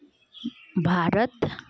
Bharat